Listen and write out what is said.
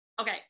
okay